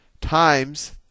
times